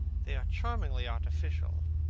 they are charmingly artificial,